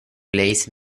relays